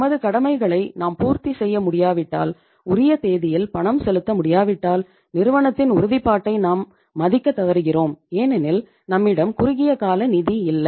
நமது கடமைகளை நாம் பூர்த்தி செய்ய முடியாவிட்டால் உரிய தேதியில் பணம் செலுத்த முடியாவிட்டால் நிறுவனத்தின் உறுதிப்பாட்டை நாம் மதிக்க தவறுகிறோம் ஏனெனில் நம்மிடம் குறுகிய கால நிதி இல்லை